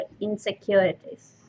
insecurities